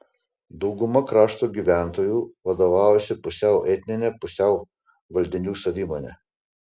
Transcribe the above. dauguma krašto gyventojų vadovavosi pusiau etnine pusiau valdinių savimone